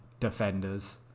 Defenders